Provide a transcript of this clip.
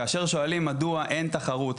ואז שואלים מדוע אין תחרות.